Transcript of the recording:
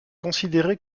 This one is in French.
considérée